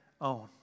own